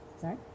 Sorry